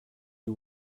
you